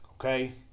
Okay